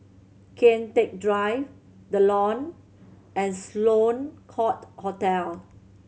Kian Teck Drive The Lawn and Sloane Court Hotel